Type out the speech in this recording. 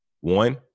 one